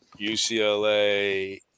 UCLA